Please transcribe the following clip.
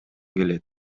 келет